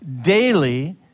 daily